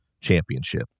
championship